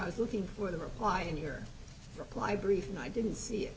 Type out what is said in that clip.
i was looking for the reply in your reply brief and i didn't see it